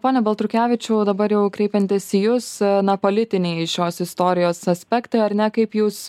pone baltrukevičiau dabar jau kreipiantis į jus na politiniai šios istorijos aspektai ar ne kaip jūs